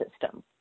system